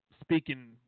speaking